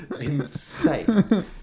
Insane